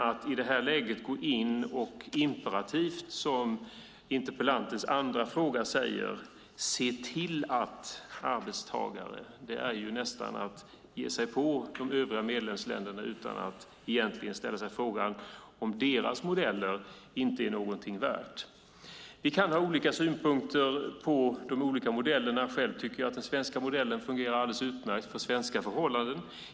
Att i det här läget gå in och med ett imperativ, som sägs i interpellantens andra fråga, se till att arbetstagare får samma villkor är nästan att ge sig på övriga medlemsländerna. Det gör man utan att ställa sig frågan om deras modeller inte är värda någonting. Man kan ha olika synpunkter på de olika modellerna. Den svenska modellen fungerar alldeles utmärkt för svenska förhållanden.